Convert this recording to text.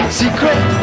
secret